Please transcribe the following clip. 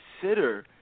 consider